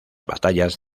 batallas